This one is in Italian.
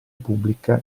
pubblica